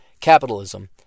capitalism